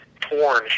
porn